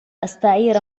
أستعير